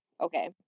Okay